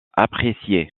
appréciée